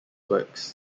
works